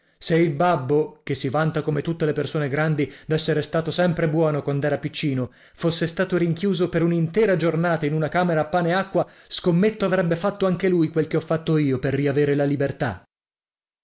se il babbo che si vanta come tutte le persone grandi d'essere stato sempre buono quand'era piccino fosse stato rinchiuso per un'intera giornata in una camera a pane e acqua scommetto avrebbe fatto anche lui quel che ho fatto io per riavere la libertà